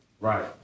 Right